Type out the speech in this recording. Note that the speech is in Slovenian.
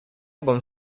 bom